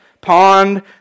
pond